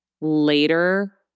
later